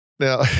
Now